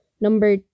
number